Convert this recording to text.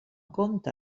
compte